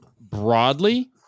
broadly